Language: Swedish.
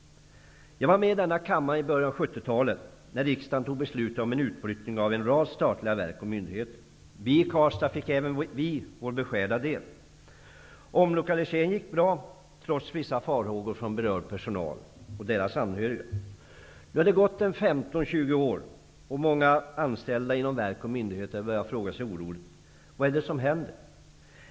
Jag var med i denna kammare i början av 70-talet, då riksdagen fattade beslut om utflyttning av en rad statliga verk och myndigheter. Även vi i Karlstad fick vår beskärda del. Omlokaliseringen gick mycket bra, trots vissa farhågor från berörd personal och dess anhöriga. Nu har det gått 15--20 år, och många anställda inom verk och myndigheter frågar sig oroligt vad det är som händer.